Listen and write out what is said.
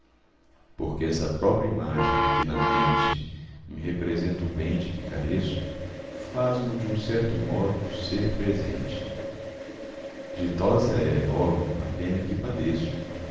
se acerta porque essa própria imagem que na mente me representa o bem de que careço faz mo de um certo modo ser presente ditosa é logo a pena que padeço